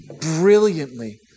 brilliantly